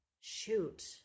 Shoot